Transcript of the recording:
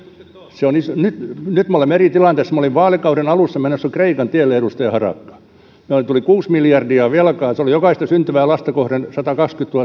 se on iso nyt me olemme eri tilanteessa me olimme vaalikauden alussa menossa kreikan tielle edustaja harakka meille tuli kuusi miljardia velkaa jokaista syntyvää lasta kohden satakaksikymmentätuhatta